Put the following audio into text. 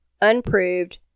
Unproved